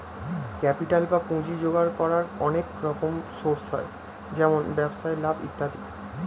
capital বা পুঁজি জোগাড় করার অনেক রকম সোর্স হয়, যেমন ব্যবসায় লাভ ইত্যাদি